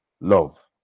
love